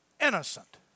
innocent